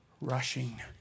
rushing